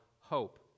hope